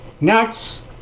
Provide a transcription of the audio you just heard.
nuts